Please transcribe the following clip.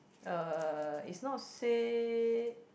uh is not say